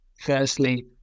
Firstly